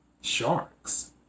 sharks